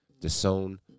disown